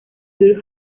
beer